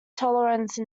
tolerance